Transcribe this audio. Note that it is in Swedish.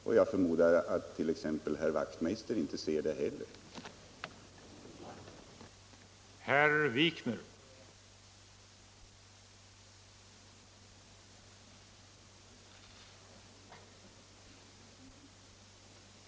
Och jag förmodar att inte heller herr Wachtmeister i Johannishus ser något sådant.